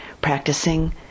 practicing